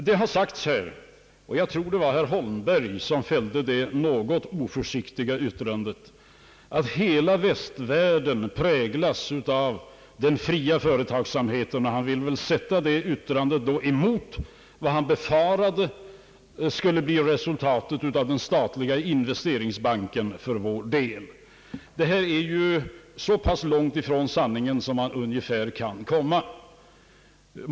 Det har sagts — jag tror det var herr Holmberg som fällde det något oförsiktiga yttrandet — att hela västvärlden präglas av den fria företagsamheten. Han vill väl sätta det yttrandet emot vad han befarade skulle bli resultatet för vår del av den statliga investeringsbanken. Detta är ju så pass långt från sanningen som man kan komma.